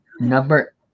number